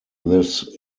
this